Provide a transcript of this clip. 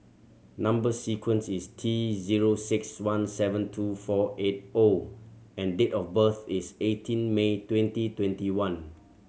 number sequence is T zero six one seven two four eight O and date of birth is eighteen May twenty twenty one